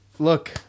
Look